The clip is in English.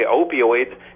opioids